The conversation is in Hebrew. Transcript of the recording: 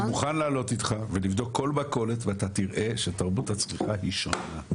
אני מוכן לעלות איתך ולבדוק כל מכולת ואתה תראה שתרבות הצריכה היא שונה.